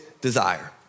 desire